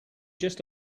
just